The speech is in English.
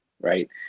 right